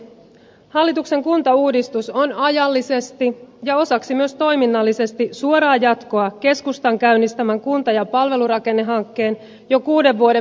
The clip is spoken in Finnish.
hallituksen kuntauudistus on ajallisesti ja osaksi myös toiminnallisesti suoraa jatkoa keskustan käynnistämän kunta ja palvelurakennehankkeen jo kuuden vuoden mittaiselle työlle